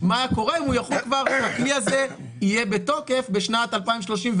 מה קורה אם הוא יחול כבר כשהכלי הזה יהיה בתוקף בשנת 2034,